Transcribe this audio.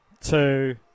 two